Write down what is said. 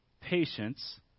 patience